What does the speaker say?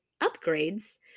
upgrades